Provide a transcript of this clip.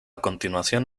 continuación